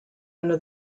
under